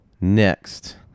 Next